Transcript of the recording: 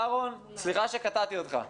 אהרון, סליחה שקטעתי אותך.